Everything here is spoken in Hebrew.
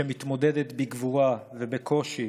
שמתמודדת בגבורה ובקושי